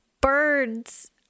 birds